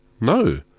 No